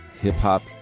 hip-hop